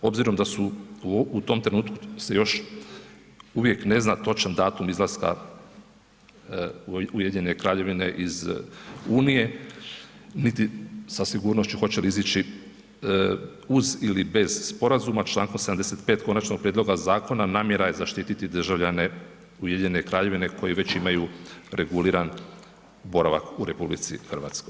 Obzirom da su tu tom trenutku se još uvijek ne zna točan datum izlaska Ujedinjene Kraljevine iz unije, niti sa sigurnošću hoće li izići uz ili bez sporazuma, Člankom 75. konačnog prijedloga zakona namjera je zaštiti državljane Ujedinjene Kraljevine koji već imaju reguliran boravak u RH.